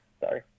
Sorry